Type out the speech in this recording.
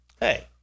hey